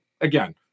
again